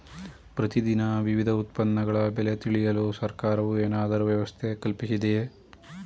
ಪ್ರತಿ ದಿನ ವಿವಿಧ ಉತ್ಪನ್ನಗಳ ಬೆಲೆ ತಿಳಿಯಲು ಸರ್ಕಾರವು ಏನಾದರೂ ವ್ಯವಸ್ಥೆ ಕಲ್ಪಿಸಿದೆಯೇ?